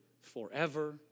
forever